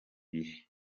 bihe